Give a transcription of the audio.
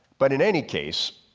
but in any case